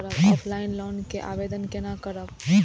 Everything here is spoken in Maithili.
ऑफलाइन लोन के आवेदन केना करब?